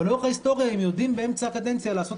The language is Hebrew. אבל לאורך ההיסטוריה הם יודעים באמצע הקדנציה לעשות